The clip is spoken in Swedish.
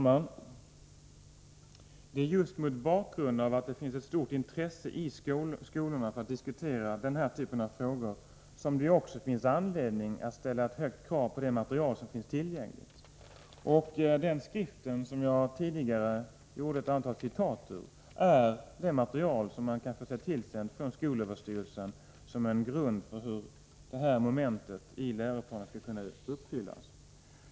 Herr talman! Just mot bakgrund av att det finns ett stort intresse i skolorna för att diskutera den här typen av frågor är det anledning att ställa höga krav på det material som finns tillgängligt. Den skrift som jag tidigare gjorde ett antal citat ur är det material som man kan få sig tillsänt från skolöverstyrelsen och där det redovisas hur syftet med momentet fredsforstan i läroplanen skall kunna uppfyllas.